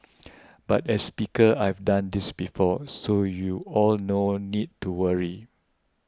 but as speaker I've done this before so you all no need to worry